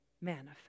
manifest